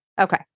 Okay